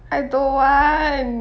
I don't want